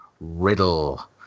Riddle